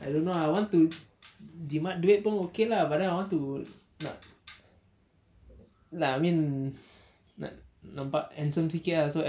I don't know ah I want to jimat duit pun okay lah but then I want to nak like I mean nak nampak handsome sikit ah so